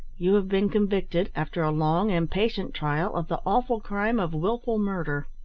you have been convicted after a long and patient trial of the awful crime of wilful murder.